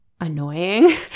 annoying